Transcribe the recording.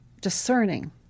discerning